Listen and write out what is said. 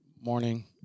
morning